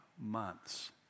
months